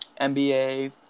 NBA